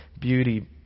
beauty